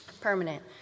permanent